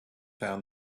found